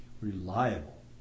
reliable